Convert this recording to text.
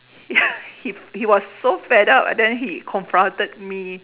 he he was so fed up and then he confronted me